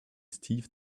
steve